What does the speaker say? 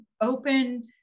open